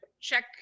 check